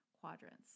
quadrants